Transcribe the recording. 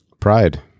Pride